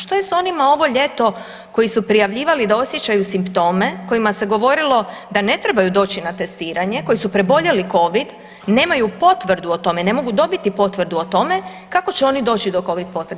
Što je s onima ovo ljeto koji su prijavljivali da osjećaju simptome kojima se govorilo da ne trebaju doći na testiranje koji su preboljeli covid, nemaju potvrdu o tome, ne mogu dobiti potvrdu o tome, kako će oni doći do covid potvrde.